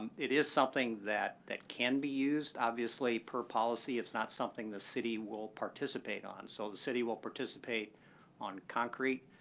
it is something that that can be used, obviously, per policy. it's not something the city will participate on. so the city will participate on concrete,